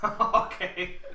Okay